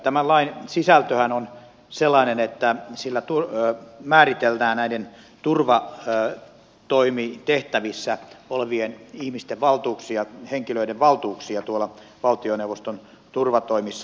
tämän lain sisältöhän on sellainen että sillä tulo on määriteltävä näiden turvakseen määritellään turvatoimitehtävissä olevien henkilöiden valtuuksia valtioneuvoston turvatoimissa